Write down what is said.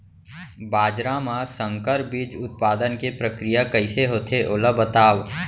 बाजरा मा संकर बीज उत्पादन के प्रक्रिया कइसे होथे ओला बताव?